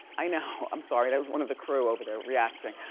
i know. i'm sorry, that was one of the crew over there reacting.